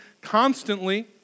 constantly